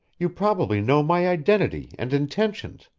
you probably know my identity and intentions,